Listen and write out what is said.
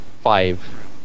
five